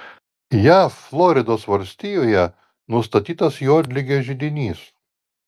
jav floridos valstijoje nustatytas juodligės židinys